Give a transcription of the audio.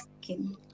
skin